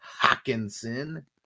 Hawkinson